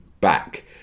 back